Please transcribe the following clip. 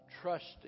trusting